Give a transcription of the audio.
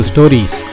Stories